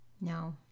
no